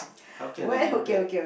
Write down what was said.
how can I do that